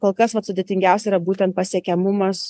kol kas vat sudėtingiausia yra būtent pasiekiamumas